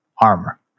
armor